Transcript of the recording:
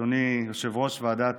אדוני יושב-ראש הוועדה